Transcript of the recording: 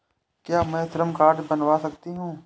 क्या मैं श्रम कार्ड बनवा सकती हूँ?